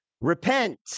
repent